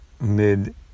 mid